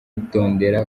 kwitondera